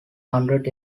hundred